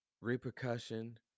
repercussion